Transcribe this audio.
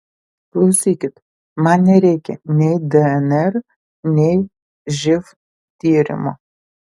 klausykit man nereikia nei dnr nei živ tyrimo